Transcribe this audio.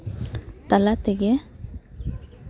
ᱛᱟᱞᱟ ᱛᱮᱜᱮ